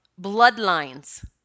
bloodlines